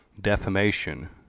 Defamation